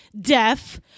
deaf